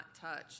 touch